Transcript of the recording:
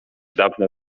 dawne